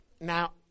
now